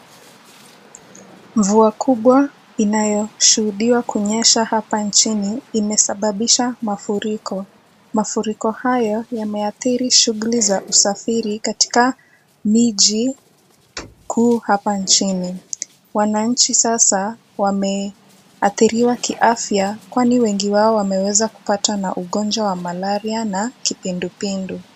Mvua kubwa inayoshuhudiwa kunyesha hapa nchini imesababisha mafuriko. Mafuriko hayo yameathiri shughuli za usafiri katika miji kuu hapa nchini. Wananchi sasa wameathiriwa kiafya, kwani wengi wao wameweza kupatwa na ugonjwa wa Malaria na Kipindupindu.